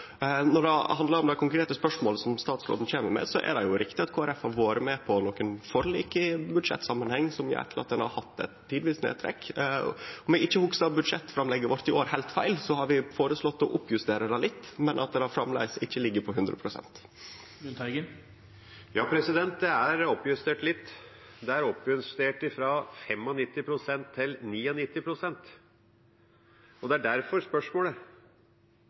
Når det gjeld det konkrete spørsmålet som representanten Lundteigen stiller, er det riktig at Kristeleg Folkeparti har vore med på nokre forlik i budsjettsamanheng som gjer at ein tidvis har hatt eit nedtrekk. Om eg ikkje hugsar budsjettframlegget vårt i år heilt feil, har vi føreslått å oppjustere det litt, men det ligg framleis ikkje på 100 pst. Ja, det er oppjustert litt. Det er oppjustert fra 95 pst. til 99 pst. – derfor spørsmålet.